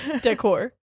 Decor